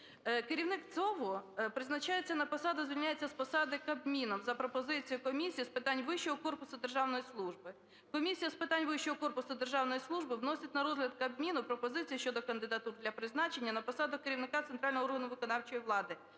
керівник ЦОВВу призначається на посаду і звільняється з посади Кабміном за пропозицією Комісії з питань вищого корпусу державної служби. Комісія з питань вищого корпусу державної служби вносить на розгляд Кабміну пропозицію щодо кандидата для призначення на посаду керівника центрального органу виконавчої влади